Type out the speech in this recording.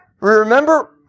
remember